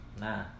Nah